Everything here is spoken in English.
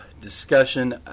discussion